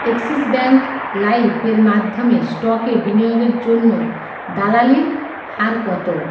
Axis bank life এর মাধ্যমে স্টকে বিনিয়োগের জন্য দালালির হার কত